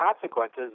consequences